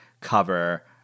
cover